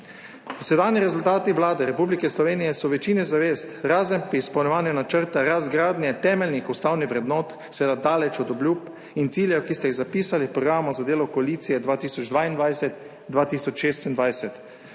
Dosedanji rezultati Vlade Republike Slovenije so v večini zavez, razen pri izpolnjevanju načrta razgradnje temeljnih ustavnih vrednot, seveda daleč od obljub in ciljev, ki ste jih zapisali v programu za delo koalicije 2022–2026.